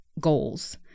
goals